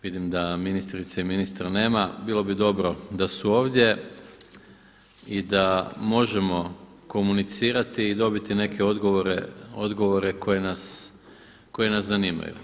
Vidim da ministrice i ministra nema, bilo bi dobro da su ovdje i da možemo komunicirati i dobiti neke odgovore, odgovore koji nas zanimaju.